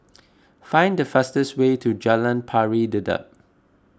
find the fastest way to Jalan Pari Dedap